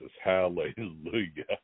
Hallelujah